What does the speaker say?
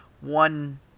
one